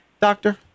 doctor